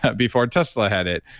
but before tesla had it.